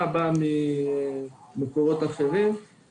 שנבנה כשיתוף פעולה של רשות החדשנות עם משרד האוצר ומשרד הכלכלה.